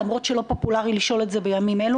למרות שלא פופולרי לשאול את זה בימים אלו,